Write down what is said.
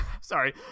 Sorry